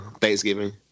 Thanksgiving